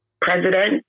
President